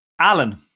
Alan